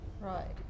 Right